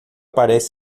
parecem